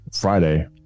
Friday